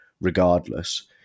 regardless